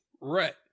Right